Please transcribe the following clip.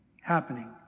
happening